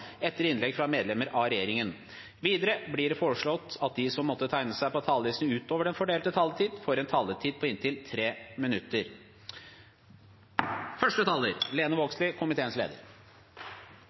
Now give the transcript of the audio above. etter innlegg fra medlemmer av regjeringen. De som måtte tegne seg på talerlisten utover den fordelte taletid, får en taletid på inntil 3 minutter.